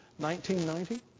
1990